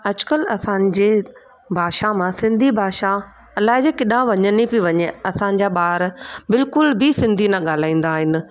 अॼु कल्ह असांजे भाषा मां सिंधी भाषा अलाए जे केॾांहुं वञंदी पई वञे असांजा ॿार बिल्कुल बि सिंधी न ॻाल्हाईंदा आहिनि